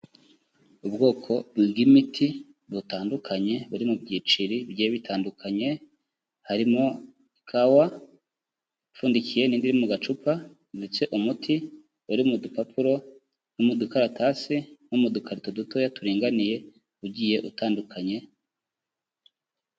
Ubwoko bw'imiti butandukanye buri mu byiciri bigiye bitandukanye, harimo ikawa ipfundikiye n'indi iri mu gacupa, ndetse umuti uri mu dupapuro, no mu dukaratase, no mu dukarito dutoya turinganiye, ugiye utandukanye.